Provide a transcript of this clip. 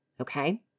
Okay